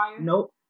nope